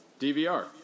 DVR